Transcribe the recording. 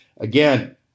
again